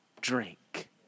drink